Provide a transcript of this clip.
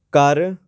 ਕਰ